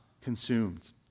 consumed